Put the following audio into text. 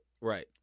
right